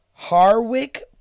Harwick